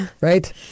right